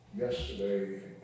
yesterday